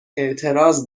اعتراض